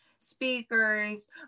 speakers